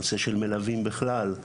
נושא של מלווים בכלל.